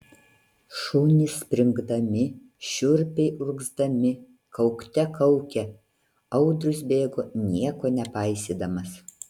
šunys springdami šiurpiai urgzdami kaukte kaukė audrius bėgo nieko nepaisydamas